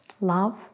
love